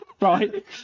right